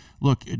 look